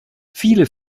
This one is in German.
viele